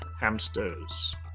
hamsters